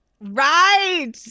Right